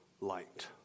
light